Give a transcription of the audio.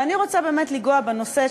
ואני רוצה באמת לנגוע בנושא,